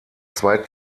zwei